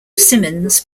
simmons